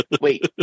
wait